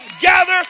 gather